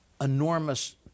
enormous